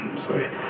Sorry